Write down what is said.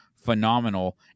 phenomenal